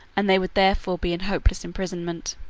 and they would therefore be in hopeless imprisonment.